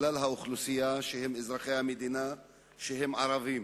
מכלל האוכלוסייה של אזרחי המדינה שהם ערבים.